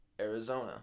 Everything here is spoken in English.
Arizona